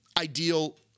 ideal